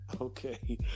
Okay